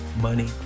money